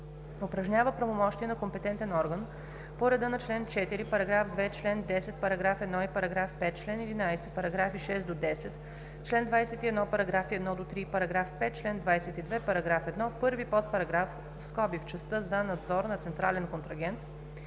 упражнява правомощия на компетентен орган по чл. 4, параграф 2, чл. 10, параграф 1 и параграф 5, чл. 11, параграфи 6 – 10, чл. 21, параграфи 1 – 3 и параграф 5, чл. 22, параграф 1, първи подпараграф (в частта за надзор на централен контрагент),